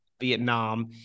vietnam